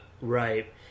Right